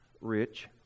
rich